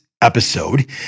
episode